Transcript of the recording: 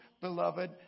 beloved